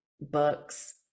books